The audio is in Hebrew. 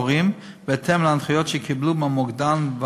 ההורים בהתאם להנחיות שקיבלו מהמוקדן,